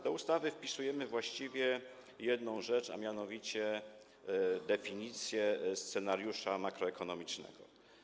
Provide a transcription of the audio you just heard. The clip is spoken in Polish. Do ustawy wpisujemy właściwie jedną rzecz, a mianowicie definicję scenariusza makroekonomicznego.